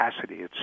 capacity